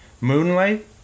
Moonlight